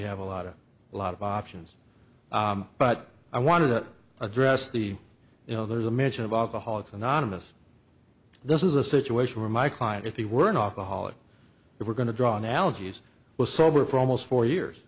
have a lot a lot of options but i want to address the you know there's a mention of alcoholics anonymous this is a situation where my client if he were in off the holiday we were going to draw analogies was sober for almost four years